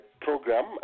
program